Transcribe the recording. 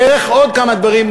דרך עוד כמה דברים,